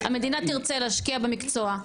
המדינה תרצה להשקיע במקצוע,